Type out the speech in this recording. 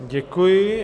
Děkuji.